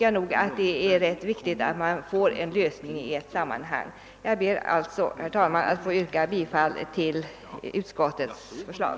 Jag ber, herr talman, att få yrka bifall till utskottets förslag.